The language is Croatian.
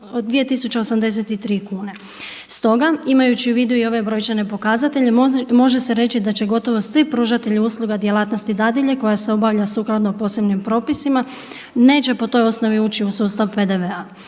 2.083 kune. Stoga imajući u vidu i ove brojčane pokazatelje može se reći da će gotovo svi pružatelji usluga djelatnosti dadilje koja se obavlja sukladno posebnim propisima neće po toj osnovi ući u sustav PDV-a.